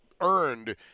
earned